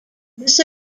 this